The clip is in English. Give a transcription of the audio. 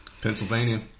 Pennsylvania